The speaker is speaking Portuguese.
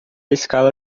escala